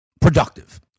productive